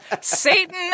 Satan